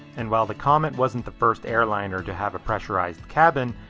and while the comet wasn't the first airliner to have a pressurized cabin,